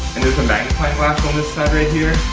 and there's a magnifying glass on this side right here.